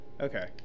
Okay